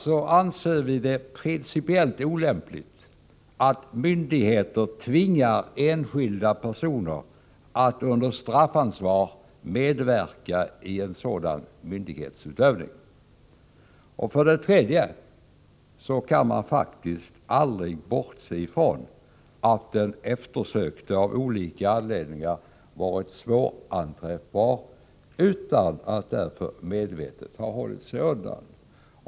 Vi anser det principiellt olämpligt att myndigheter tvingar enskilda personer att under straffansvar medverka i sådan myndighetsutövning. 3. Man kan aldrig bortse från att den eftersökte av olika anledningar varit svåranträffbar utan att därför medvetet ha försökt hålla sig undan.